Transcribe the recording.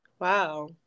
wow